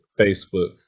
Facebook